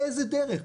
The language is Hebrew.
באיזו דרך?